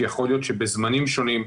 כי יכול להיות שבזמנים שונים,